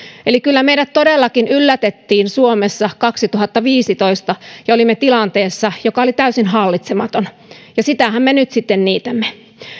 eli kyllä meidät todellakin yllätettiin suomessa kaksituhattaviisitoista ja olimme tilanteessa joka oli täysin hallitsematon ja sitähän me nyt sitten niitämme